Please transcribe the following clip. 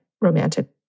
romantic